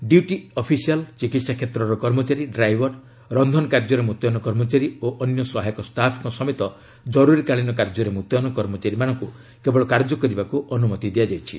duty official ଚିକିତ୍ସା କ୍ଷେତ୍ରର କର୍ମଚାରୀ ଡ୍ରାଇଭର ରନ୍ଧନ କାର୍ଯ୍ୟରେ ମୁତ୍ୟନ କର୍ମଚାରୀ ଓ ଅନ୍ୟ ସହାୟକ ଷ୍ଟାଫ୍ଙ୍କ ସମେତ ଜର୍ତ୍ରିକାଳୀନ କାର୍ଯ୍ୟରେ ମୁତୟନ କର୍ମଚାରୀମାନଙ୍କୁ କେବଳ କାର୍ଯ୍ୟ କରିବାକୁ ଅନୁମତି ଦିଆଯାଇଛି